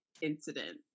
incident